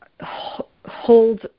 hold